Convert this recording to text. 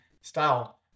style